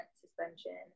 suspension